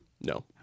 No